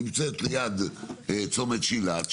היא נמצאת ליד צומת שילת,